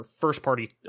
first-party